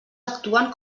actuen